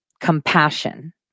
compassion